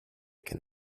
and